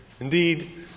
Indeed